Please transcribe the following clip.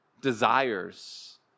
desires